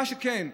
מה שכן,